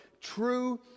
true